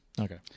Okay